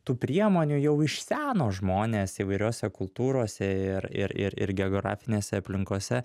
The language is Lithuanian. tų priemonių jau iš seno žmonės įvairiose kultūrose ir ir ir ir geografinėse aplinkose